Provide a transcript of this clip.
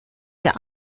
der